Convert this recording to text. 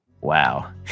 Wow